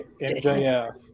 MJF